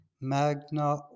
Magna